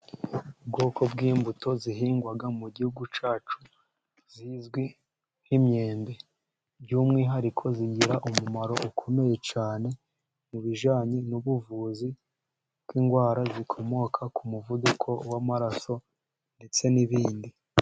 Ubwoko bw'imbuto zihingwa mu gihugu cyacu zizwi nk'imyembe by'umwihariko zigira umumaro ukomeye cyane mu biyjanye n'ubuvuzi bw'indwara zikomoka ku muvuduko w'amaraso ndetse n'ibindi.